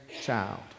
child